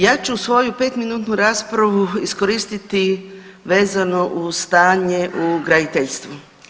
Ja ću svoju petminutnu raspravu iskoristiti vezano uz stanje u graditeljstvu.